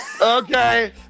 Okay